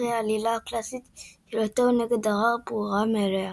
וכי העלילה הקלאסית של "הטוב נגד הרע" ברורה מאליה.